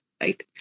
right